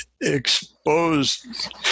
exposed